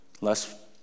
Less